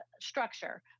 structure